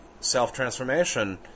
self-transformation